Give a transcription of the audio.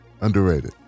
underrated